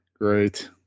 Great